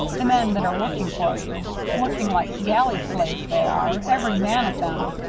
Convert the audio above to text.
the men that are working for you working like galley slaves they are, every man of them.